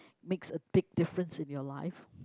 makes a big difference in your life